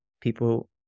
People